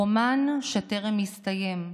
רומן שטרם הסתיים,